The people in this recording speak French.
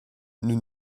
nous